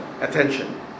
attention